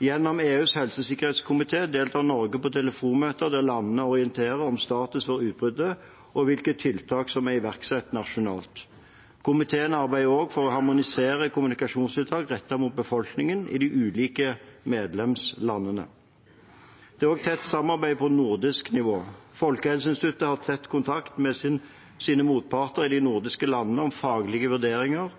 Gjennom EUs helsesikkerhetskomité deltar Norge på telefonmøter der landene orienterer om status for utbruddet og hvilke tiltak som er iverksatt nasjonalt. Komiteen arbeider også for å harmonisere kommunikasjonstiltak rettet mot befolkningen i de ulike medlemslandene. Det er også tett samarbeid på nordisk nivå. Folkehelseinstituttet har tett kontakt med sine motparter i de nordiske landene om faglige vurderinger,